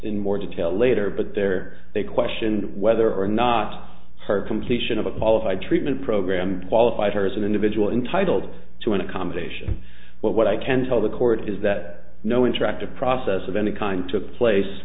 in more detail later but there they questioned whether or not her completion of a qualified treatment program qualifies her as an individual entitled to an accommodation but what i can tell the court is that no interactive process of any kind took place